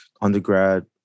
undergrad